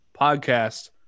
podcast